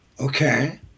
Okay